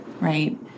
right